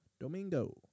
Domingo